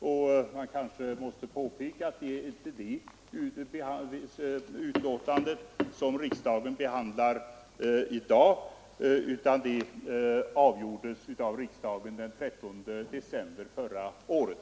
Man bör kanske påpeka att det inte är det betänkandet riksdagen behandlar i dag; det ärendet avgjordes av riksdagen den 13 december förra året.